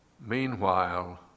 Meanwhile